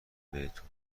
بهتون